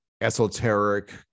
esoteric